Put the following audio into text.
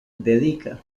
dedica